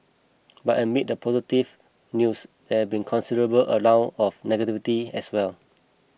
but amid the positive news there been considerable amount of negativity as well